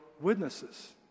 witnesses